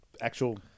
actual